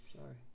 Sorry